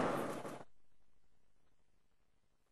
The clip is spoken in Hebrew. אם ירצה השם,